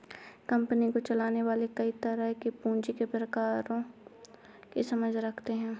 company को चलाने वाले कई तरह के पूँजी के प्रकारों की समझ रखते हैं